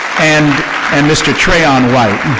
and and mr. trayon white.